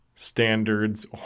standards